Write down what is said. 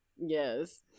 Yes